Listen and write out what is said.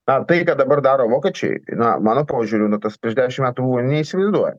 na tai ką dabar daro vokiečiai tai na mano požiūriu na tas prieš dešimt metų buvo neįsivaizduojama